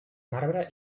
marbre